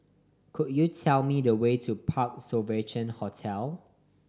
could you tell me the way to Parc Sovereign Hotel